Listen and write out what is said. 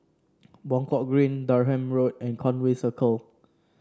Buangkok Green Durham Road and Conway Circle